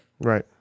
Right